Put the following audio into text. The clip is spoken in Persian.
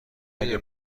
اگه